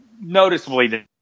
noticeably